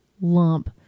lump